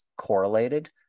correlated